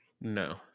No